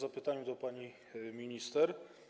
Mam pytanie do pani minister.